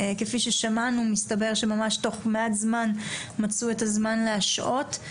כפי ששמענו מסתבר שממש תוך מעט זמן מצאו את הזמן להשעות.